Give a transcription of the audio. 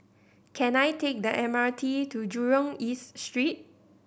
can I take the M R T to Jurong East Street